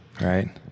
Right